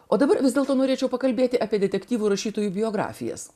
o dabar vis dėlto norėčiau pakalbėti apie detektyvų rašytojų biografijas